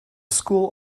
school